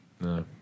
No